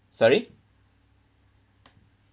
sorry